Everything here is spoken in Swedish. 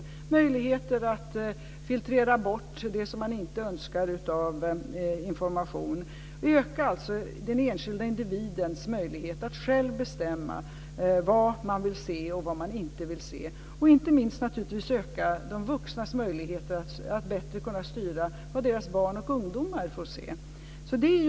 Det handlar om möjligheter att filtrera bort det som man inte önskar av information. Det gäller alltså att öka den enskilda individens möjlighet att själv bestämma vad man vill se och vad man inte vill se och inte minst öka de vuxnas möjligheter att bättre kunna styra vad deras barn och ungdomar får se.